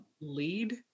Lead